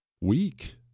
weak